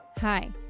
Hi